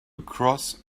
cross